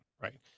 right